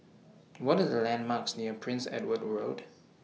What Are The landmarks near Prince Edward Road